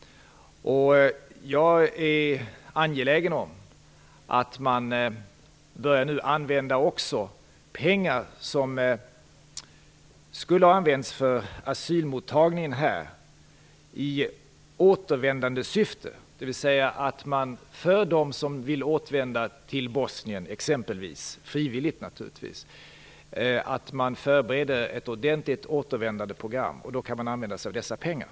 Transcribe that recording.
Jag är angelägen om att man börjar använda pengar som skulle ha använts för asylmottagningen i återvändandesyfte. För dem som vill återvända, frivilligt naturligtvis, till exempelvis Bosnien, skall man förbereda ett återvändandeprogram. Då kan man använda sig av dessa pengar.